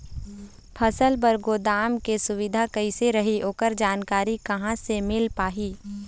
फसल बर गोदाम के सुविधा कैसे रही ओकर जानकारी कहा से मिल पाही?